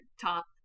top